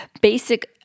basic